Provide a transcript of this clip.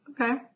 Okay